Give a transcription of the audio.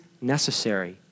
necessary